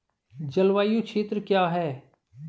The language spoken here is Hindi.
जलवायु क्षेत्र क्या है?